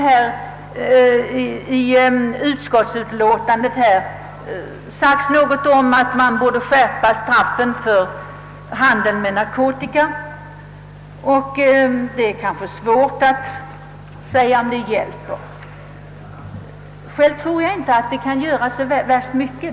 I utskottsutlåtandet har sagts något om att man borde skärpa straffen för handeln med narkotika. Det är kanske svårt att säga om detta hjälper.